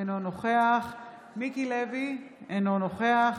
אינו נוכח מיקי לוי, אינו נוכח